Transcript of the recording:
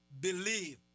Believe